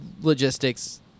logistics